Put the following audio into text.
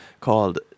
called